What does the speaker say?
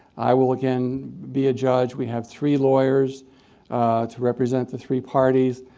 i will again be a judge. we have three lawyers to represent the three parties.